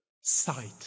sight